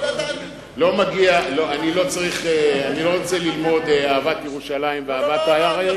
לא רוצה ללמוד אהבת ירושלים ואהבת הארץ,